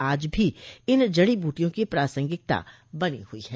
आज भी इन जड़ी बूटियों की प्रासंगिकता बनी हुई है